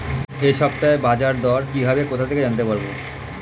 এই সপ্তাহের বাজারদর কিভাবে কোথা থেকে জানতে পারবো?